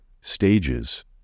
stages